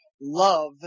love